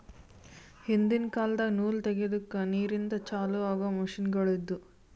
ಹಿಂದಿನ್ ಕಾಲದಾಗ ನೂಲ್ ತೆಗೆದುಕ್ ನೀರಿಂದ ಚಾಲು ಆಗೊ ಮಷಿನ್ಗೋಳು ಇದ್ದುವು